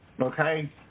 Okay